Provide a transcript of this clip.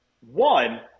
One